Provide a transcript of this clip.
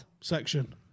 section